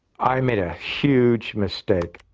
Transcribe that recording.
i mean a huge mistake.